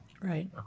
Right